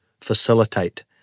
facilitate